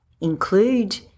include